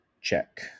Check